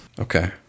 Okay